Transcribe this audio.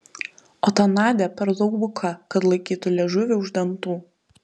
o ta nadia per daug buka kad laikytų liežuvį už dantų